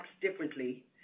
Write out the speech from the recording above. differently